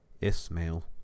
Ismail